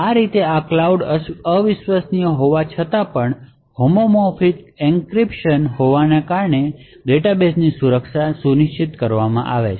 આ રીતે આ ક્લાઉડ અવિશ્વસનીય હોવા છતાં હોમોમોર્ફિક એનક્રિપ્શન હોવાને કારણે ડેટાબેસની સુરક્ષા સુનિશ્ચિત કરવામાં આવી છે